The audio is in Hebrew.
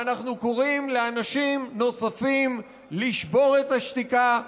ואנחנו קוראים לאנשים נוספים לשבור את השתיקה,